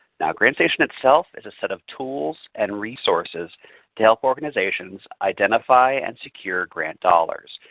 now grantstation itself is a set of tools and resources to help organizations identify and secure grant dollars.